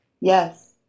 Yes